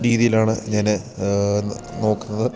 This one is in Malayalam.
രീതിയിലാണ് ഞാൻ നോക്കുന്നത്